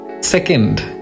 Second